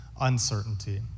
uncertainty